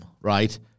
right